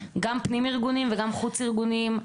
גם פנים-ארגוניים וגם חוץ-ארגוניים,